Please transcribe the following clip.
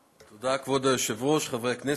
תודה, כבוד היושב-ראש, חברי הכנסת,